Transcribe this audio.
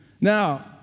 Now